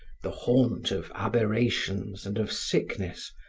the haunt of aberrations and of sickness,